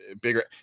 bigger –